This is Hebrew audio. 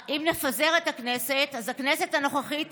אם נפזר את הכנסת אז הכנסת הנוכחית